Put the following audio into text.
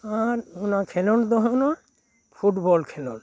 ᱟᱨ ᱚᱱᱟ ᱠᱷᱮᱞᱳᱸᱰ ᱫᱚ ᱱᱚᱜᱼᱚ ᱱᱚᱣᱟ ᱯᱷᱩᱴᱵᱚᱞ ᱠᱷᱮᱞᱳᱸᱰ